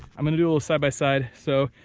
i'm gonna do a side by side so,